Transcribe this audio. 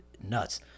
nuts